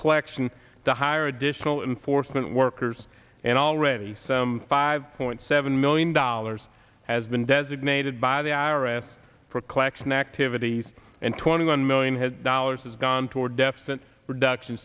collection to hire additional unfortunate workers and already some five point seven million dollars has been designated by the i r s for collection activities and twenty one million dollars has gone toward deficit reduction